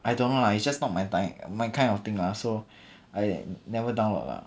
I don't know lah it's just not my type my kind of thing lah so I never download lah